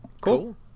Cool